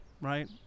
right